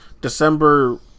december